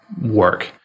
work